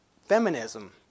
Feminism